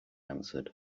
answered